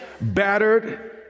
battered